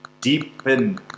deepen